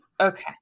okay